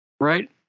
right